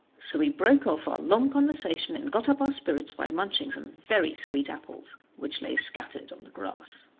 so we broke off our long conversation, and got up our spirits by munching some very sweet apples which lay scattered on the grass.